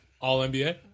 All-NBA